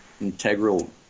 integral